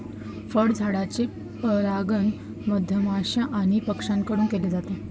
फळझाडांचे परागण मधमाश्या आणि पक्ष्यांकडून केले जाते